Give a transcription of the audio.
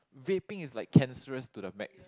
Vaping is like cancerous to the max